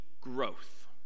growth